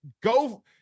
go –